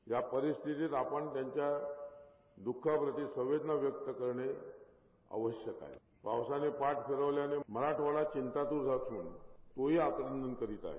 या परिस्थितीत आपण त्यांच्या दखापती संवेदना व्यक्त करणे आवश्यक आहे पावसाने पाठ फिरवल्याने मराठवाडा चिंतातूर असून तोही आक्रंदन करत आहे